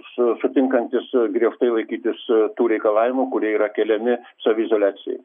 su sutinkantys griežtai laikytis tų reikalavimų kurie yra keliami saviizoliacijoj